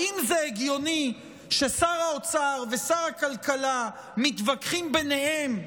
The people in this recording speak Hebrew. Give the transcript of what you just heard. האם זה הגיוני ששר האוצר ושר הכלכלה מתווכחים ביניהם,